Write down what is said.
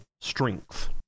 strength